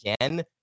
again